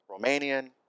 Romanian